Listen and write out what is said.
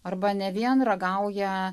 arba ne vien ragauja